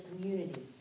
community